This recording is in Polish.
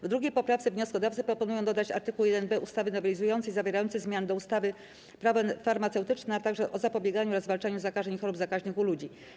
W 2. poprawce wnioskodawcy proponują dodać art. 1b ustawy nowelizującej, zawierający zmiany do ustaw Prawo farmaceutyczne, a także o zapobieganiu oraz zwalczaniu zakażeń i chorób zakaźnych u ludzi.